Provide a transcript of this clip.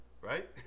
Right